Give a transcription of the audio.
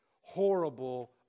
horrible